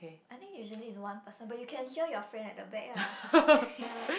I think usually is one person but you can hear your friend at the back ah ya